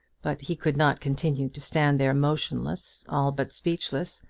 but he could not continue to stand there motionless, all but speechless,